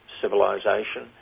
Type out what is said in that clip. civilisation